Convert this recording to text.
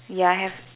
ya I have